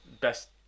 Best